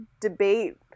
debate